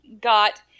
got